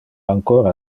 ancora